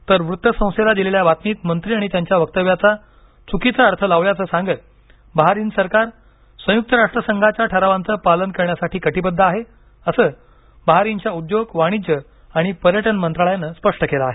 तर वृत्तसंस्थेला दिलेल्या बातमीत मंत्री आणि त्यांच्या वक्तव्याचा चुकीचा अर्थ लावल्याचं सांगत बहारीन सरकार संयुक्त राष्ट्र संघांच्या ठरावांचं पालन करण्यासाठी कटीबद्ध आहे असं बहारीनच्या उद्योगवाणिज्य आणि पर्यटन मंत्रालयानं स्पष्ट केलं आहे